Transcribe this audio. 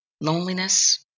loneliness